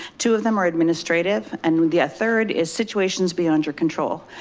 two of them are administrative and the third is situations beyond your control.